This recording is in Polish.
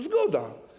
Zgoda.